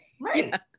right